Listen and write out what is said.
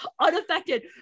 unaffected